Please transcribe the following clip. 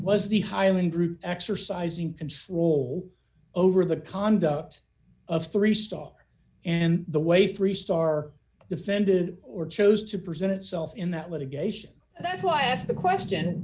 was the highland group exercising control over the conduct of three star and the way three star defended or chose to present itself in that litigation that's why i asked the question